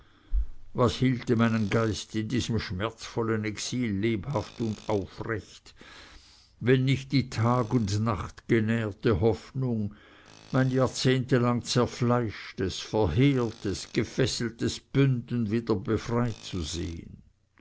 was hielte meinen geist in diesem schmerzvollen exil lebhaft und aufrecht wenn nicht die tag und nacht genährte hoffnung mein jahrzehntelang zerfleischtes verheertes gefesseltes bünden wieder befreit zu sehen